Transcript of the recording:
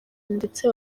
ndetse